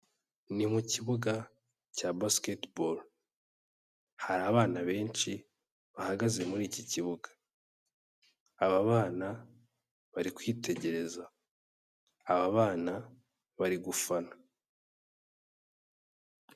Ni mu kibuga cya Basketball, hari abana benshi bahagaze muri iki kibuga, aba bana bari kwitegereza, aba bana bari gufana.